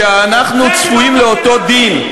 שאנחנו צפויים לאותו דין,